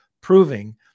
proving